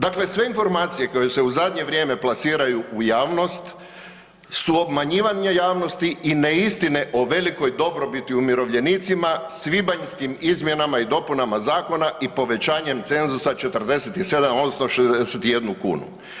Dakle sve informacije koje se u zadnje vrijeme plasiraju u javnost su obmanjivanje javnosti i neistine o ovelikoj dobrobiti umirovljenicima, svibanjskim izmjenama i dopunama zakona i povećanjem cenzusa 47 odnosno 61 kunu.